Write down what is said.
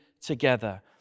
together